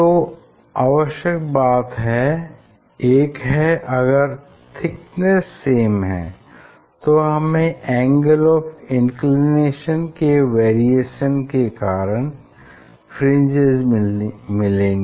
दो आवश्यक बात हैं एक है अगर थिकनेस सेम है तो हमें एंगल ऑफ़ इंक्लिनेशन के वेरिएशन के कारण फ्रिंजेस मिलेंगी